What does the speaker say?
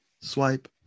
Swipe